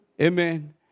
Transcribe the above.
Amen